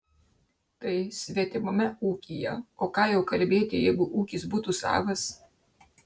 tai svetimame ūkyje o ką jau kalbėti jeigu ūkis būtų savas